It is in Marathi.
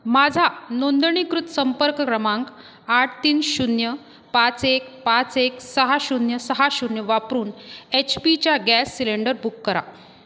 माझा नोंदणीकृत संपर्क क्रमांक आठ तीन शून्य पाच एक पाच एक सहा शून्य सहा शून्य वापरून एच पीचा गॅस सिलेंडर बुक करा